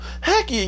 heck